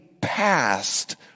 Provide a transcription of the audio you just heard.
passed